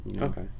Okay